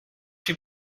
too